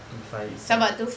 two five se~